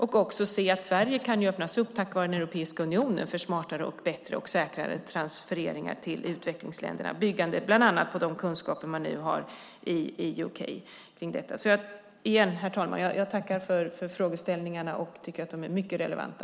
Tack vare Europeiska unionen kan Sverige öppnas för smartare, bättre och säkrare transfereringar till utvecklingsländerna. Det kan bland annat byggas på de kunskaper om detta som man nu har i UK. Herr talman! Jag tackar för frågorna och tycker att de är mycket relevanta.